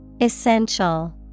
Essential